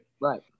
Right